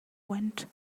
went